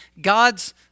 God's